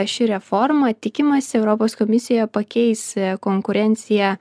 ši reforma tikimasi europos komisijoje pakeis konkurenciją